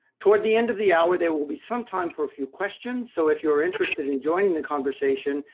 toward the end of the hour, there will be some time for a few questions. so if you're interested in joining the conversation,